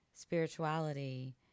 Spirituality